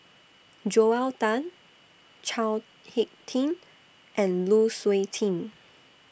Joel Tan Chao Hick Tin and Lu Suitin